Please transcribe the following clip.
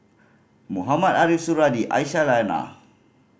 Mohamed Ariff Suradi Aisyah Lyana